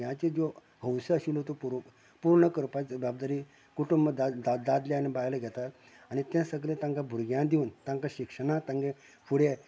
भुरग्यांच्यो ज्यो हौसो आशिल्यो त्यो पूर्ण करपाची जबाबदारी कुटूंब दादले आनी बायल घेता आनी तें सगलें तांकां भुरग्यांक दिवन तांकां शिक्षणांत तांगे फुडें